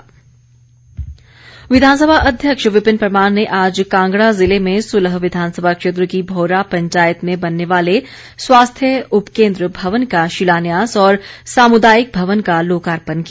विपिन परमार विधानसभा अध्यक्ष विपिन परमार ने आज कांगड़ा जिले में सुलह विधानसभा क्षेत्र की भौरा पंचायत में बनने वाले स्वास्थ्य उपकेन्द्र भवन का शिलान्यास और सामुदायिक भवन का लोकार्पण किया